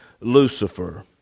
Lucifer